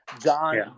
John